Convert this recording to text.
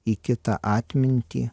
į kitą atmintį